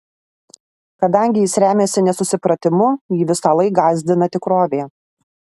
kadangi jis remiasi nesusipratimu jį visąlaik gąsdina tikrovė